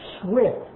swift